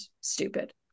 stupid